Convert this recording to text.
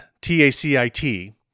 T-A-C-I-T